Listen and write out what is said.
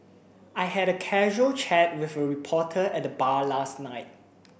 I had a casual chat with a reporter at the bar last night